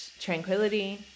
tranquility